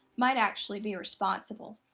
might actually be responsible.